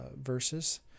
verses